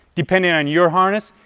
depending on your harness,